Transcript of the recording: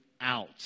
out